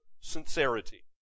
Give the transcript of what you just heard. sincerity